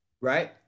right